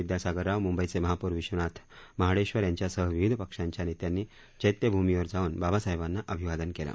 विद्यासागर राव मुंबईचे महापौर विश्वनाथ महाडेश्वर यांच्यासह विविध पक्षाच्या नेत्यांनी चैत्यभूमीवर जाऊन बाबासाहेबांना अभिवादन केलं